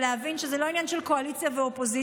ומבין שזה לא עניין של קואליציה ואופוזיציה,